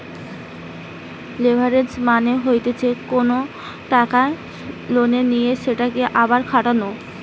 leverage মানে হতিছে কোনো টাকা লোনে নিয়ে সেতকে আবার খাটানো